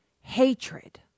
hatred